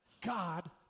God